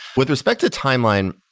with respect to timeline,